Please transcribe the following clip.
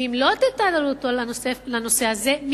ואם לא תתעלו אותו לנושא הזה,